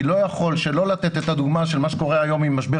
אני לא יכול שלא לתת את הדוגמה של מה שקורה היום עם משבר